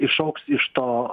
išaugs iš to